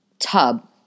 tub